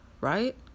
right